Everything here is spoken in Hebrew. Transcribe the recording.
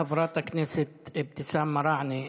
חברת הכנסת אבתיסאם מראענה,